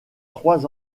trois